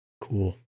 Cool